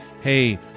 hey